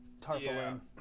tarpaulin